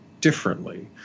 differently